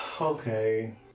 Okay